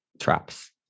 traps